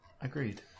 Agreed